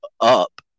up